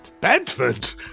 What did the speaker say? Bedford